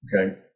Okay